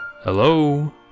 Hello